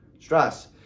Stress